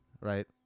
Right